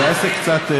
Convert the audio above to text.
זה עסק קצת,